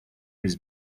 with